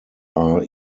are